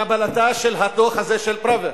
קבלתו של הדוח הזה של פראוור,